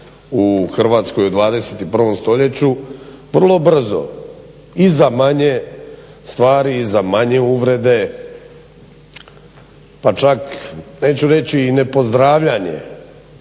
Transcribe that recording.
u Hrvatskoj u 21. stoljeću vrlo brzo i za manje stvari i za manje uvrede pa čak neću reći i ne pozdravljanje